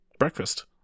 Breakfast